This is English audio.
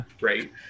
right